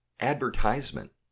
Advertisement